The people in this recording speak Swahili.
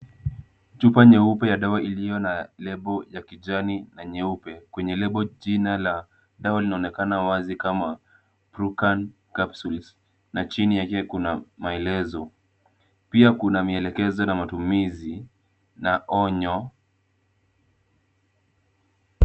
Chupa nyeupe ya dawa iliyo na lebo ya kijani na nyeupe, kwenye lebo jina la dawa linaonekana wazi kama Prucan Capsules na chini yake kuna maelezo. Pia kuna mielekezo na matumizi na onyo.